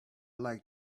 like